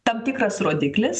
tam tikras rodiklis